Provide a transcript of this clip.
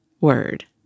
word